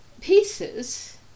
pieces